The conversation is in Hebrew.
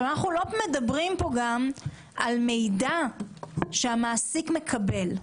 אנחנו לא מדברים פה גם על מידע שהמעסיק מקבל.